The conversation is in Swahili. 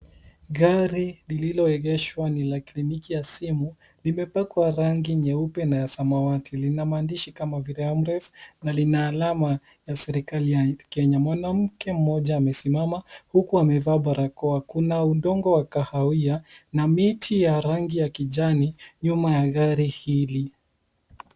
Gari lililoegeshwa ni la kliniki ya simu. Limepakwa rangi nyeupe na ya samawati. Lina maandishi kama vile AMREF na lina alama ya serikali ya Kenya. Mwanamke mmoja amesimama, huku amevaa barakoa. Kuna udongo wa kahawia na miti ya rangi ya kijani nyuma ya gari hili.